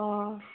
अ